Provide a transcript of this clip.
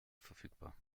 verfügbar